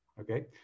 okay